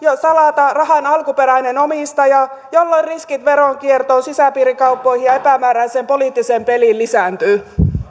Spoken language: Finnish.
salata rahan alkuperäinen omistaja jolloin riskit veronkiertoon sisäpiirikauppoihin ja epämääräiseen poliittiseen peliin lisääntyvät